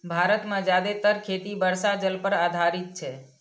भारत मे जादेतर खेती वर्षा जल पर आधारित छै